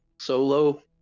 solo